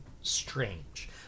strange